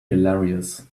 hilarious